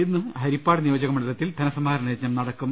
ഇന്ന് ഹരിപ്പാട് നിയോജക മണ്ഡലത്തിൽ ധനസമാഹരണയജ്ഞം നടക്കും